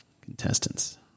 Contestants